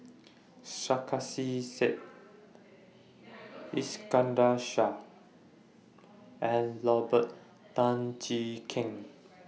Sarkasi Said Iskandar Shah and Robert Tan Jee Keng